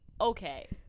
okay